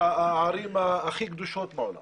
הערים הכי קדושות בעולם